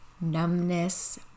numbness